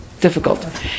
difficult